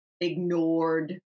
ignored